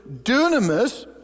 Dunamis